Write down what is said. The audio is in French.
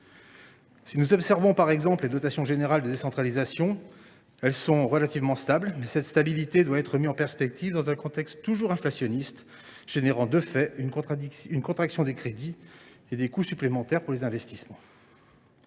Si nous observons, par exemple, la dotation générale de décentralisation (DGD), nous constatons que celle ci est relativement stable. Mais cette stabilité doit être remise en perspective dans un contexte toujours inflationniste qui entraîne, de fait, une contraction des crédits et des coûts supplémentaires pour les investissements.